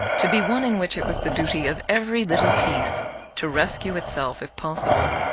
to be one in which it was the duty of every little piece to rescue itself if possible.